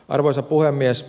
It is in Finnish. arvoisa puhemies